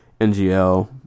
NGL